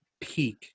peak